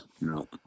no